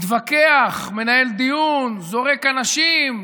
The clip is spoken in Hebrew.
מתווכח, מנהל דיון, זורק אנשים,